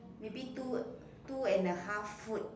maybe two two and a half foot